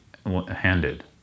Handed